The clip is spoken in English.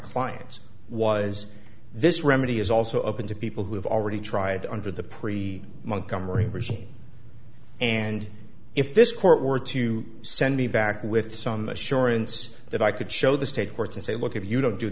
clients was this remedy is also open to people who have already tried under the pre montgomery regime and if this court were to send me back with some assurance that i could show the state courts and say look if you don't do